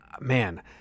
man